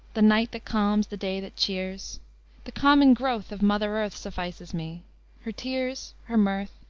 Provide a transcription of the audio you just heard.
the night that calms, the day that cheers the common growth of mother earth suffices me her tears, her mirth,